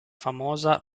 famosa